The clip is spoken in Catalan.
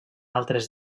altres